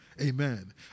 amen